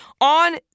on